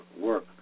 work